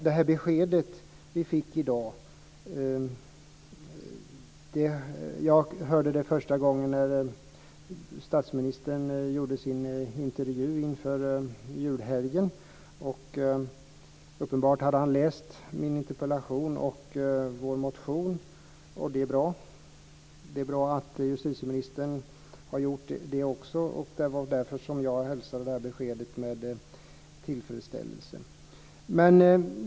Det besked som vi fick i dag hörde jag första gången när statsministern intervjuades inför julhelgen. Han hade uppenbarligen läst min interpellation och vår motion. Det är bra. Det är också bra att justitieministern har gjort det. Det var därför som jag hälsade detta besked med tillfredsställelse.